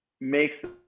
makes